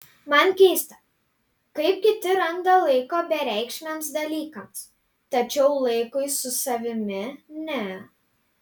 man keista kaip kiti randa laiko bereikšmiams dalykams tačiau laikui su savimi ne